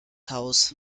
haus